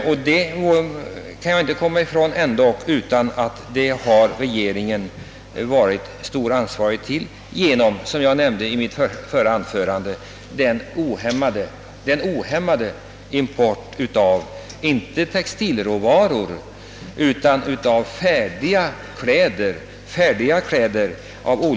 Det går alltså inte att komma ifrån att regeringen bär en stor del av ansvaret härvidlag på grund av den ohämmade, under senare år kraftigt ökade importen inte av textilråvaror utan av färdiga kläder.